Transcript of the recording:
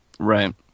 Right